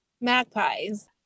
Magpies